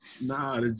Nah